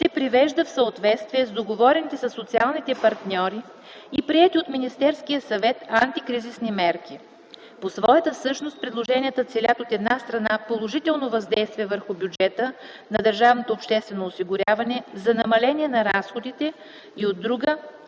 се привежда в съответствие с договорените със социалните партньори и приети от Министерския съвет антикризисни мерки. По своята същност предложенията целят, от една страна, положително въздействие върху бюджета на държавното обществено осигуряване за намаление на разходите, и от друга